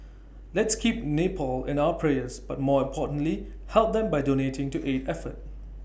let's keep Nepal in our prayers but more importantly help them by donating to aid effort